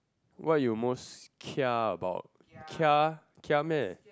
what you most kia about kia kia meh